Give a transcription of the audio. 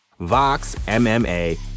VOXMMA